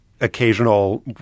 occasional